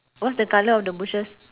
what's the colour of the bushes